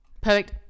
Perfect